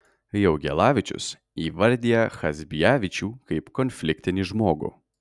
jaugielavičius įvardija chazbijavičių kaip konfliktinį žmogų